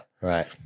right